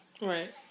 right